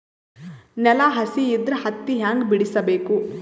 ನೆಲ ಹಸಿ ಇದ್ರ ಹತ್ತಿ ಹ್ಯಾಂಗ ಬಿಡಿಸಬೇಕು?